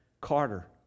Carter